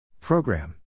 Program